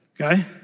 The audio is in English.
Okay